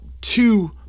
two